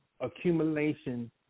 accumulation